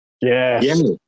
Yes